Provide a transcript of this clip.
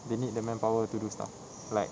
they need the manpower to do stuff like